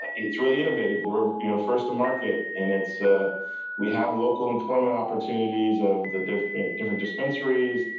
it's really innovative. we're you know first to market and it's, ah we have local employment opportunities of the different different dispensary's,